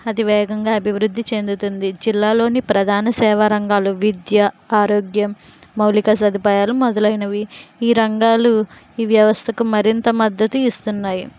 అతి వేగంగా అభివృద్ధి చెందుతుంది జిల్లాలోని ప్రధాన సేవా రంగాలు విద్య ఆరోగ్యం మౌలిక సదుపాయాలు మొదలైనవి ఈ రంగాలు ఈ వ్యవస్థకు మరింత మద్దతు ఇస్తున్నాయి